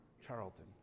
Charlton